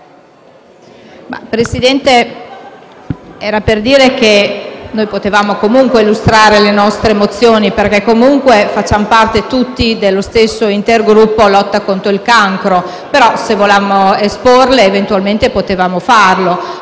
Presidente, vorrei dire che noi potevamo comunque illustrare le nostre mozioni, perché facciamo parte tutti dello stesso intergruppo sulla lotta contro il cancro. Perciò, se volevamo esporle, eventualmente potevamo farlo.